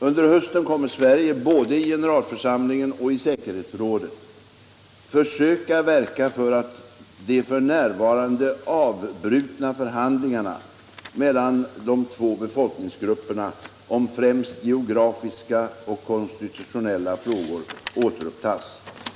Under hösten kommer Sverige både i generalförsamlingen och i säkerhetsrådet försöka verka för att de f.n. avbrutna förhandlingarna mellan de två befolkningsgrupperna om främst geografiska och konstitutionella frågor återupptas.